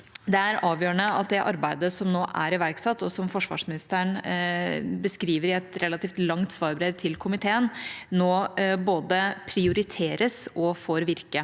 Det er avgjørende at det arbeidet som nå er iverksatt, og som forsvarsministeren beskriver i et relativt langt svarbrev til komiteen, nå både prioriteres og får virke.